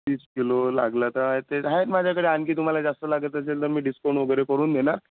तीस किलो लागला तर ते आहेत ना माझ्याकडे आणखी तुम्हाला जास्त लागत असेल तर मी डिस्काउंट वगैरे करून देणार